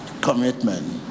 Commitment